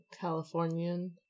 Californian